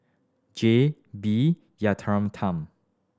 J B